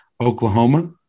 Oklahoma